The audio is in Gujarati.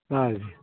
ભલે